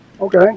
okay